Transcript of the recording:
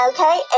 Okay